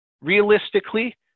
Realistically